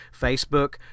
Facebook